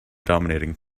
dominating